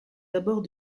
abords